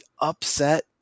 upset